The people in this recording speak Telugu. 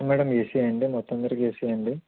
మేడమ్ ఏసీ అండి మొత్తం అందరికి ఏసీ అండి